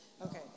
Okay